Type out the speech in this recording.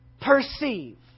perceive